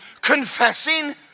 Confessing